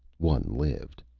one lived.